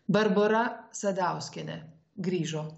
barbora sadauskienė grįžo